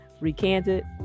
recanted